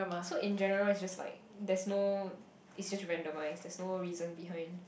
so in general is just like there's no it's just randomize that's no reason behind